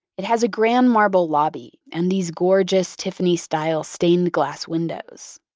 it has a grand marble lobby and these gorgeous tiffany-style stained glass windows.